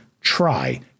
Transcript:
Try